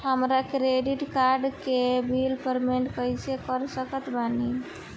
हमार credit card के bill payment कइसे कर सकत बानी?